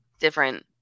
different